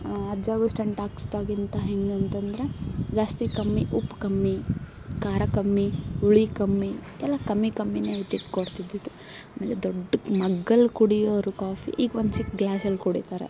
ಅಜ್ಜನಿಗೂ stent ಹಾಕಿಸ್ದಾಗಿಂದ ಹೆಂಗಂತ ಅಂದ್ರೆ ಜಾಸ್ತಿ ಕಮ್ಮಿ ಉಪ್ಪು ಕಮ್ಮಿ ಖಾರ ಕಮ್ಮಿ ಹುಳಿ ಕಮ್ಮಿ ಎಲ್ಲ ಕಮ್ಮಿ ಕಮ್ಮಿನೇ ಇದ್ದಿದ್ದು ಕೊಡ್ತಿದ್ದಿದ್ದು ಆಮೇಲೆ ದೊಡ್ಡಕೆ ಮಗ್ಗಲ್ಲಿ ಕುಡಿಯೋರು ಕಾಫಿ ಈಗ ಒಂದು ಚಿಕ್ಕ ಗ್ಲಾಸಲ್ಲಿ ಕುಡಿತಾರೆ